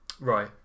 Right